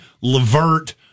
Levert